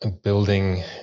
Building